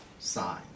Sign